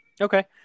Okay